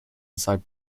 inside